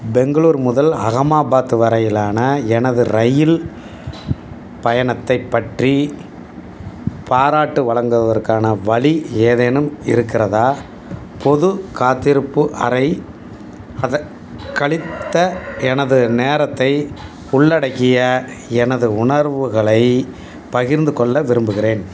பெங்களுர் முதல் அகமாபாத் வரையிலான எனது ரயில் பயணத்தைப் பற்றி பாராட்டு வழங்குவதற்கான வழி ஏதேனும் இருக்கிறதா பொது காத்திருப்பு அறை அத கழித்த எனது நேரத்தை உள்ளடக்கிய எனது உணர்வுகளை பகிர்ந்துக் கொள்ள விரும்புகிறேன்